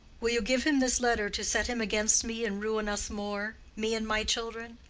will you give him this letter to set him against me and ruin us more me and my children?